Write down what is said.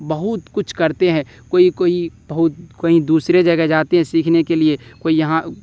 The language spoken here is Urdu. بہت کچھ کرتے ہیں کوئی کوئی بہت کوئی دوسرے جگہ جاتے ہیں سیکھنے کے لیے کوئی یہاں